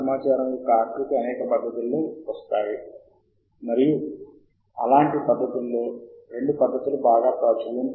అన్ని రకాల వర్గీకరణలను పరిశోధనలో ఏ మాత్రమూ అనుభవం లేని వ్యక్తి అన్వేషించాలి ఇది చాలా ముఖ్యమైనది